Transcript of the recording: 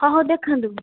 ହଁ ହେଉ ଦେଖାନ୍ତୁ